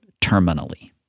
terminally